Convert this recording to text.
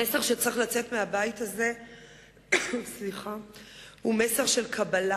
המסר שצריך לצאת מהבית הזה הוא מסר של קבלה,